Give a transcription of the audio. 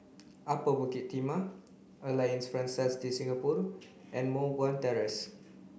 Upper Bukit Timah Alliance Francaise de Singapour and Moh Guan Terrace